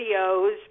videos